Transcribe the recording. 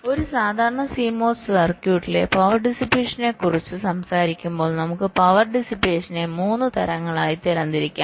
ഒരു സാധാരണ CMOS സർക്യൂട്ടിലെ പവർ ഡിസിപ്പേഷനെക്കുറിച്ച് സംസാരിക്കുമ്പോൾ നമുക്ക് പവർ ഡിസ്പേഷനെ 3 തരങ്ങളായി തരംതിരിക്കാം